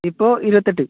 ഇപ്പോ ഇരുപത്തെട്ട്